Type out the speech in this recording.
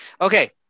Okay